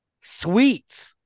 sweets